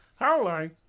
Hello